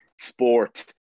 sport